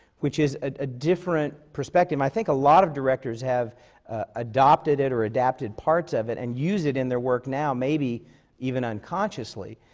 which is a different perspective. and i think a lot of directors have adopted it or adapted parts of it and use it in their work now, maybe even unconsciously.